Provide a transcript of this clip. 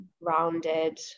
rounded